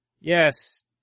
Yes